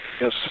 yes